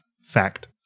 Fact